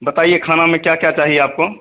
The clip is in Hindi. बताइए खाना में क्या क्या चाहिए आपको